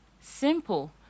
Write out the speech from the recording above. simple